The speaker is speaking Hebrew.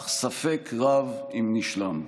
אך ספק רב אם נשלם.